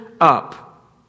up